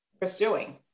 pursuing